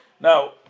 Now